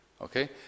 Okay